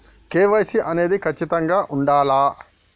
KYC అనేది ఖచ్చితంగా ఉండాలా?